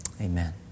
amen